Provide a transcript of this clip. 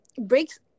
breaks